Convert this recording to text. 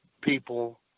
people